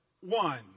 one